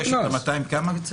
ד'